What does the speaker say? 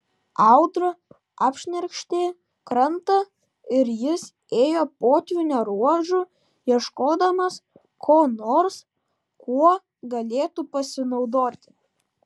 audra apšnerkštė krantą ir jis ėjo potvynio ruožu ieškodamas ko nors kuo galėtų pasinaudoti